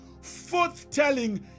forth-telling